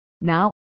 Now